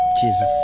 Jesus